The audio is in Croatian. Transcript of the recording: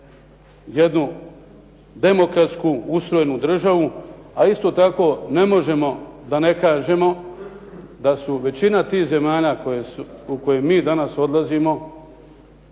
jednu demokratsku ustrojenu državu, a isto tako ne možemo da ne kažemo da su većina tih zemalja u koje mi danas odlazimo